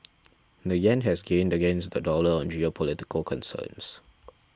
the yen has gained against the dollar on geopolitical concerns